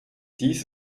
dies